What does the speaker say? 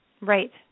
Right